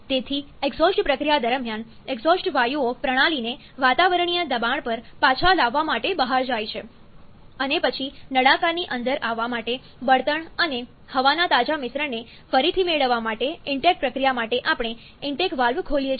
તેથી એક્ઝોસ્ટ પ્રક્રિયા દરમિયાન એક્ઝોસ્ટ વાયુઓ પ્રણાલીને વાતાવરણીય દબાણ પર પાછા લાવવા માટે બહાર જાય છે અને પછી નળાકારની અંદર આવવા માટે બળતણ અને હવાના તાજા મિશ્રણને ફરીથી મેળવવા માટે ઇન્ટેક પ્રક્રિયા માટે આપણે ઇનલેટ વાલ્વ ખોલીએ છીએ